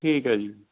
ਠੀਕ ਹੈ ਜੀ